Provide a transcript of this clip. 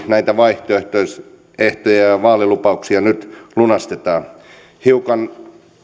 näitä vaihtoehtoja ja vaalilupauksia nyt lunastetaan hiukan